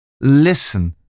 Listen